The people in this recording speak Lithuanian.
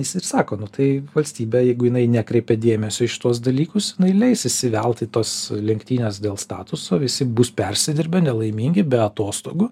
jis ir sako nu tai valstybė jeigu jinai nekreipia dėmesio į šituos dalykus jinai leis įsivelt į tas lenktynes dėl statuso visi bus persidirbę nelaimingi be atostogų